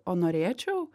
o norėčiau